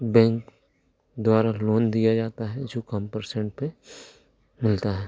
bank द्वारा loan दिया जाता है जो कम पर्सेंट पर मिलता है